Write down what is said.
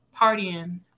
partying